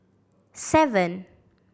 seven